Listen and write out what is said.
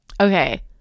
okay